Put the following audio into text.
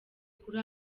kuri